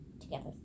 together